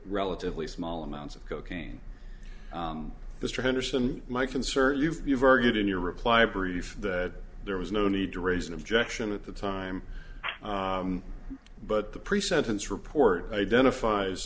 relatively small amounts of cocaine mr henderson my concern is you've argued in your reply brief that there was no need to raise an objection at the time but the pre sentence report identifies